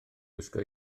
gwisgo